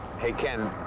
hey, ken.